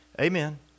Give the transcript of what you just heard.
Amen